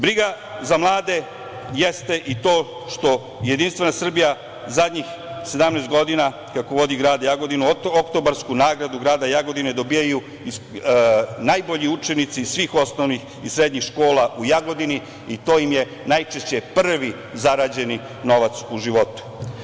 Briga za mlade jeste i to što JS zadnjih 17 godina, kako vodi grad Jagodinu, Oktobarsku nagradu grada Jagodine dobijaju najbolji učenici svih osnovnih i srednjih škola u Jagodini i to im je najčešće prvi zarađen novac u životu.